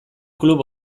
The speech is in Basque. klub